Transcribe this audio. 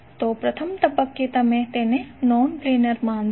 તો પ્રથમ તબક્કે તમે તેને નોન પ્લેનર માનશો